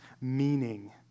Meaning